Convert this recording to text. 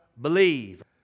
believe